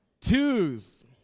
Twos